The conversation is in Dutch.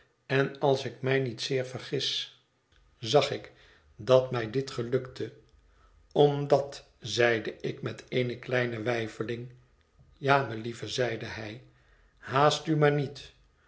en als ik mij niet zeer vergis zag ik dat mij dit gelukte omdat zeide ik mot eene kleine wei teling ja melieve zeide hij haast u maar niet